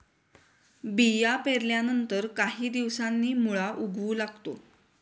बिया पेरल्यानंतर काही दिवसांनी मुळा उगवू लागतो